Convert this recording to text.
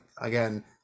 again